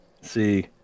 See